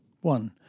One